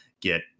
get